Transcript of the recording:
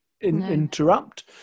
interrupt